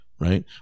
Right